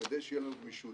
כדי שתהיה לנו גמישות.